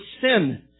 sin